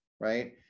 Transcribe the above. right